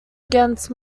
against